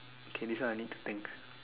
kay this one I need to think